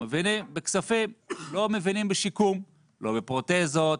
מבינים בכספים, לא מבינים בשיקום, לא בפרוטזות,